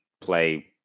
play